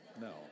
No